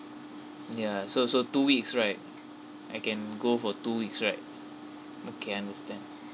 mm ya so so two weeks right I can go for two weeks right okay understand